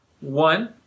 One